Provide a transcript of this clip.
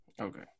Okay